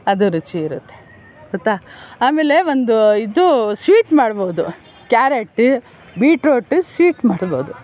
ಅದು ರುಚಿ ಇರುತ್ತೆ ಗೊತ್ತಾ ಆಮೇಲೆ ಒಂದು ಇದು ಸ್ವೀಟ್ ಮಾಡಬಹುದು ಕ್ಯಾರೆಟು ಬೀಟ್ರೋಟು ಸ್ವೀಟ್ ಮಾಡಬಹುದು